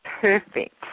Perfect